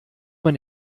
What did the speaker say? man